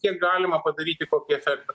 kiek galima padaryti kokį efektą